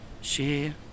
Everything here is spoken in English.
share